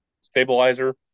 stabilizer